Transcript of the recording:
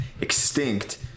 extinct